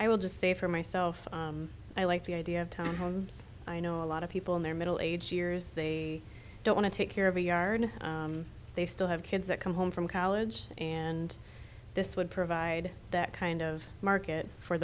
i will just say for myself i like the idea of time homes i know a lot of people in their middle age years they don't want to take care of a yard they still have kids that come home from college and this would provide that kind of market for